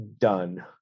done